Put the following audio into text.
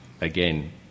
again